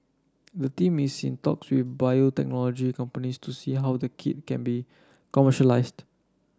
the team is in talks with biotechnology companies to see how the kit can be commercialised